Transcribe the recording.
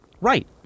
Right